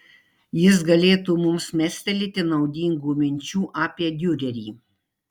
jis galėtų mums mestelėti naudingų minčių apie diurerį